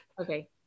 Okay